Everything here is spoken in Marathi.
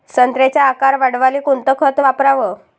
संत्र्याचा आकार वाढवाले कोणतं खत वापराव?